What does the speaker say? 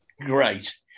great